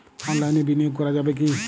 অনলাইনে বিনিয়োগ করা যাবে কি?